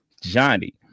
Johnny